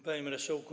Panie Marszałku!